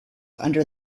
under